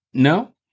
No